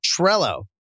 Trello